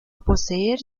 poseer